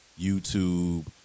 YouTube